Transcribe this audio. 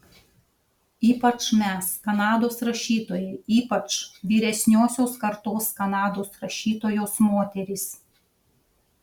ypač mes kanados rašytojai ypač vyresniosios kartos kanados rašytojos moterys